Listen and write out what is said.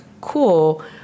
cool